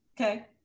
okay